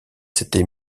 s’était